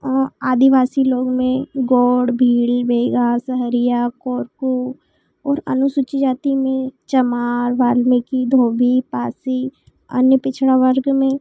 आदिवासी लोग में गोंड भील मेघा सहरिया कोरकू और अनुसूचित जाति में चमार वाल्मीकि धोबी पासी अन्य पिछड़ा वर्ग में